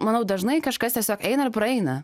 manau dažnai kažkas tiesiog eina ir praeina